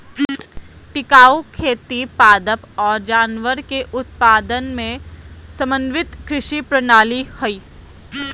टिकाऊ खेती पादप और जानवर के उत्पादन के समन्वित कृषि प्रणाली हइ